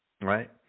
Right